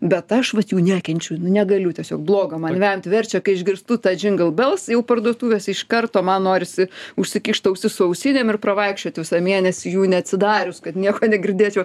bet aš vat jų nekenčiu nu negaliu tiesiog bloga man vemt verčia kai išgirstu tą džingl bels jau parduotuvėse iš karto man norisi užsikišt ausis su ausinėm ir pravaikščiot visą mėnesį jų neatsidarius kad nieko negirdėčiau